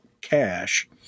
cash